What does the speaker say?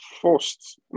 first